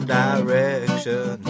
direction